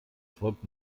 folgt